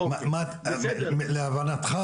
להבנתך,